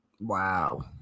Wow